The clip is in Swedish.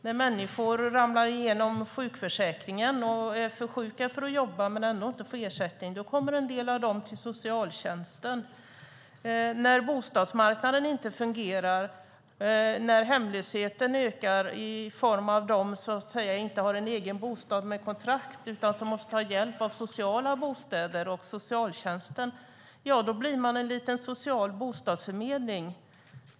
När människor ramlar igenom sjukförsäkringen och är för sjuka för att jobba men ändå inte får ersättning kommer en del av dem till socialtjänsten. När bostadsmarknaden inte fungerar, när hemlösheten ökar i form av människor som inte har en egen bostad med kontrakt utan måste ha hjälp med sociala bostäder av socialtjänsten, blir man en liten social bostadsförmedling.